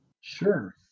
Sure